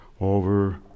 over